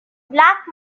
black